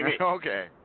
Okay